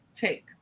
take